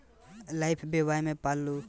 Lifebuoy से पाल्तू जानवर के नेहावल जा सकेला